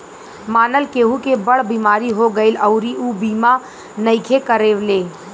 मानल केहु के बड़ बीमारी हो गईल अउरी ऊ बीमा नइखे करवले